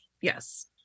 Yes